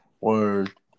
Word